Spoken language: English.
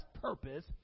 purpose